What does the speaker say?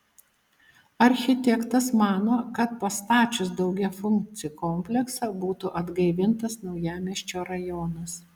architektas mano kad pastačius daugiafunkcį kompleksą būtų atgaivintas naujamiesčio rajonas